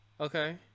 Okay